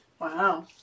wow